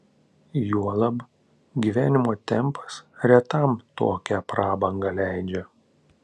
juolab gyvenimo tempas retam tokią prabangą leidžia